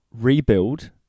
rebuild